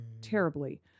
terribly